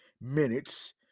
minutes